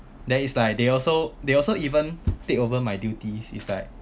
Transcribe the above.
then it's like they also they also even take over my duties is like